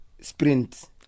sprint